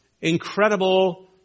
incredible